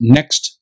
Next